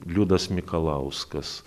liudas mikalauskas